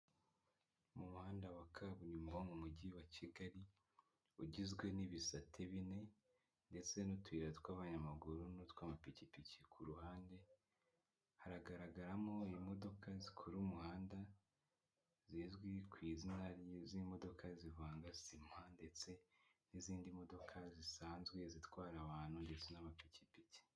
Umuhanda wa kaburimbo wo mu mujyi wa Kigali ugizwe n'ibisate bine ndetse n'utuyira tw'abanyamaguru n'utw'amapikipiki, ku ruhande haragaragaramo imodoka zikora umuhanda zizwi ku izina ry'imodoka zivanga sima ndetse n'izindi modoka zisanzwe zitwara abantu ndetse n'amapikipiki.